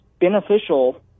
beneficial